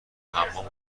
حمام